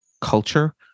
culture